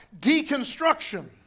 deconstruction